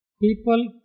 People